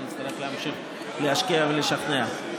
אני אצטרך להמשיך להשקיע ולשכנע.